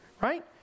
Right